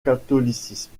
catholicisme